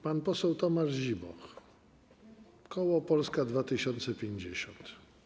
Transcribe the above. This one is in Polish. Pan poseł Tomasz Zimoch, koło Polska 2050.